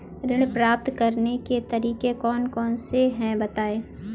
ऋण प्राप्त करने के तरीके कौन कौन से हैं बताएँ?